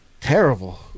Terrible